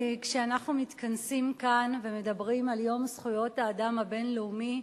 כשאנחנו מתכנסים כאן ומדברים על יום זכויות האדם הבין-לאומי,